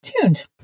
tuned